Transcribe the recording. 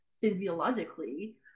physiologically